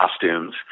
costumes